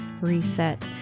reset